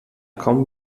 kommen